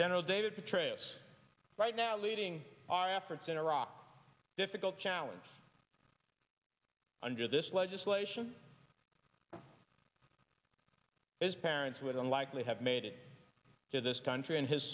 general david petraeus right now leading our efforts in iraq difficult challenge under this legislation his parents would unlikely have made to this country and his